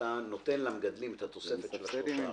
שאתה נותן למגדלים את התוספת 3%,